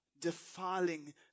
defiling